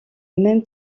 même